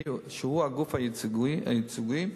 שהיא הגוף הייצוגי,